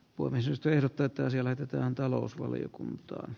pursistertettaisi elätetään talousvaliokunta